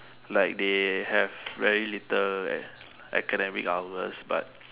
like they have very little academic hours but